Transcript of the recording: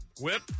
Whip